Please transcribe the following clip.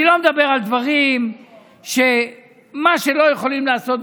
אני לא מדבר על דברים שלא יכולים לעשות,